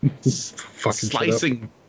slicing